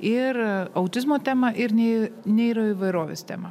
ir autizmo tema ir nė neiro įvairovės tema